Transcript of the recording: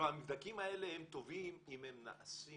כלומר, המבדקים האלה הם טובים אם הם נעשים